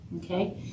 okay